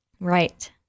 Right